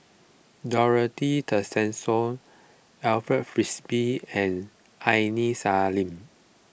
Dorothy Tessensohn Alfred Frisby and Aini Salim